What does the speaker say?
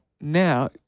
Now